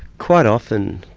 quite often,